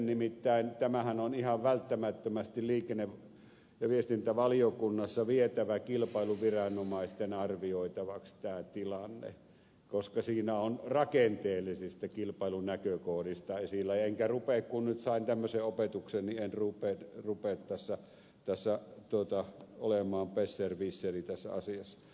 nimittäin tämä tilannehan on ihan välttämättömästi liikenne ja viestintävaliokunnassa vietävä kilpailuviranomaisten arvioitavaksi koska siinä on rakenteellisista kilpailun näkökohdista kyse enkä rupea kun sain nyt tämmöisen opetuksen olemaan besserwisser tässä asiassa